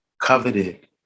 coveted